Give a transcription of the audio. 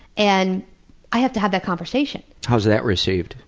and i have to have that conversation. how is that received?